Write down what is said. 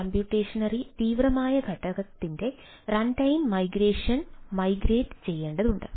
computationally തീവ്രമായ ഘടകത്തിന്റെ runtime migration migrate ചെയ്യേണ്ടതുണ്ട്